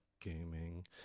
gaming